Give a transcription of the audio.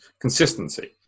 consistency